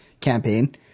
campaign